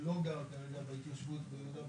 שלא גר כרגע בהתיישבות ביהודה ושומרון,